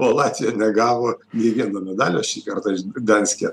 o latvija negavo nei vieno medalio šį kartą gdanske